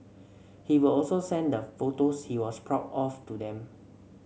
he will also send the photos he was proud of to them